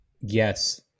Yes